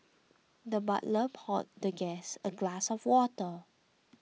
the butler poured the guest a glass of water